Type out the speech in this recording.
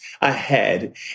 ahead